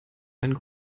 einen